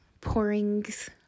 pourings